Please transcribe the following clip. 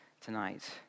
tonight